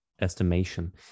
estimation